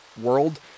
world